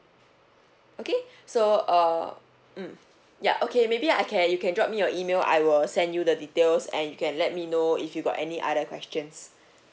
okay so err mm ya okay maybe I can you can drop me your email I will send you the details and you can let me know if you got any other questions